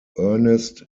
ernest